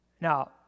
Now